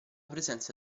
presenza